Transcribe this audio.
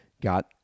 Got